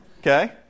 okay